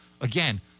again